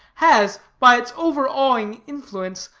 has, by its overawing influence,